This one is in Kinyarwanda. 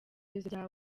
ibitekerezo